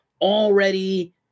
already